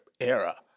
era